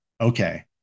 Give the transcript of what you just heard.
Okay